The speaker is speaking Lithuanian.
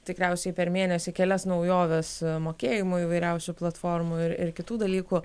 tikriausiai per mėnesį kelias naujoves mokėjimų įvairiausių platformų ir ir kitų dalykų